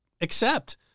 accept